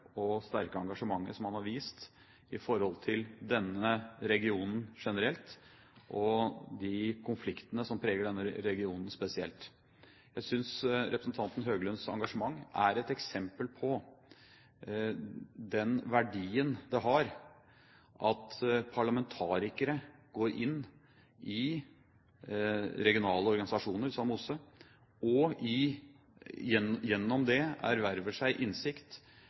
og sterke engasjementet som han har vist i forhold til denne regionen generelt og de konfliktene som preger denne regionen, spesielt. Jeg synes representanten Høglunds engasjement er et eksempel på den verdien det har at parlamentarikere går inn i regionale organisasjoner som OSSE, og gjennom det erverver seg innsikt